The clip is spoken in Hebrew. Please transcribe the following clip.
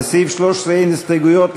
לסעיף 13 אין הסתייגויות,